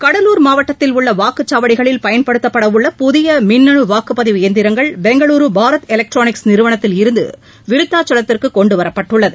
கடலூர் மாவட்டத்தில் உள்ள வாக்குச்சாவடிகளில் பயன்படுத்தப்பட உள்ள புதிய மின்னணு வாக்குப்பதிவு எந்திரங்கள் பெங்களுரு பாரத் எலக்ட்ரானிக்ஸ் நிறுவனத்தில் இருந்து விருதாச்சலத்திற்கு கொண்டுவரப் பட்டுள்ளது